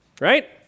Right